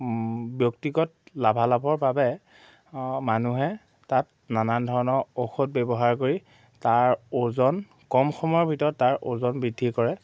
ব্যক্তিগত লাভালাভৰ বাবে মানুহে তাত নানান ধৰণৰ ঔষধ ব্যৱহাৰ কৰি তাৰ ওজন কম সময়ৰ ভিতৰত তাৰ ওজন বৃদ্ধি কৰে